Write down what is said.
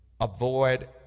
avoid